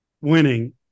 winning